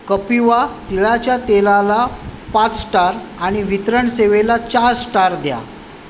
कपिवा तिळाच्या तेलाला पाच स्टार आणि वितरण सेवेला चार स्टार द्या